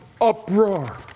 uproar